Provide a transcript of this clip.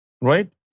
right